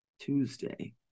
tuesday